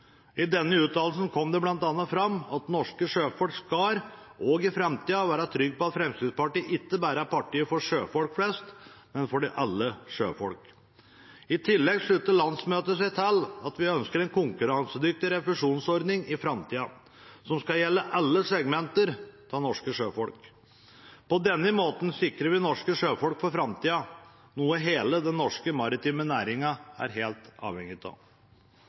I denne uttalelsen kom det bl.a. fram at norske sjøfolk også i framtida skal være trygge på at Fremskrittspartiet ikke bare er partiet for sjøfolk flest, men for alle sjøfolk. I tillegg sluttet landsmøtet seg til at vi ønsker en konkurransedyktig refusjonsordning i framtida, som skal gjelde alle segmenter av norske sjøfolk. På denne måten sikrer vi norske sjøfolk for framtida, noe hele den norske maritime næringen er helt avhengig av.